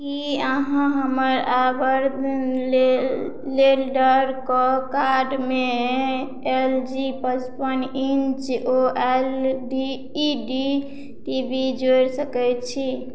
की अहाँ हमर अर्बन ले लैडर कऽ कार्टमे एल जी पचपन inch O L D E D T V जोड़ि सकैत छी